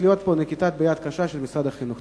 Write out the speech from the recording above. להיות פה נקיטת יד קשה של משרד החינוך.